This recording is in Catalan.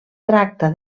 tracta